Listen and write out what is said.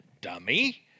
dummy